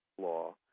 law